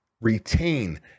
retain